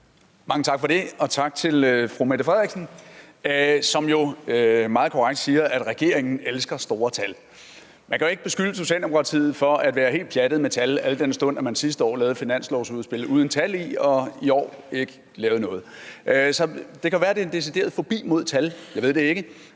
(V): Mange tak for det, og tak til fru Mette Frederiksen, som meget korrekt siger, at regeringen elsker store tal. Man kan jo ikke beskylde Socialdemokratiet for at være helt pjattet med tal, al den stund at man sidste år lavede et finanslovsudspil uden tal i og i år ikke lavede noget. Det kan være, at det er en decideret fobi mod tal, jeg ved det ikke,